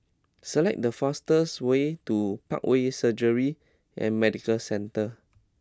select the fastest way to Parkway Surgery and Medical Centre